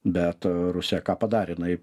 bet rusija ką padarė jinai